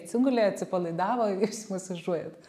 atsigulė atsipalaidavo jūs masažuojat